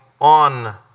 on